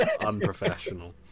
unprofessional